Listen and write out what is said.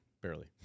barely